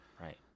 right